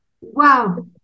wow